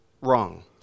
wrong